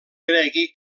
cregui